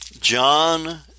John